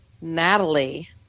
Natalie